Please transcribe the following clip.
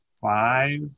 five